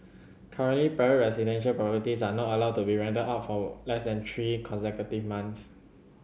currently private residential properties are not allowed to be rented out for less than three consecutive months